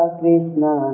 krishna